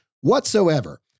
whatsoever